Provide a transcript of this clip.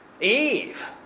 Eve